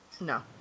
No